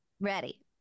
Ready